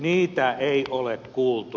niitä ei ole kuultu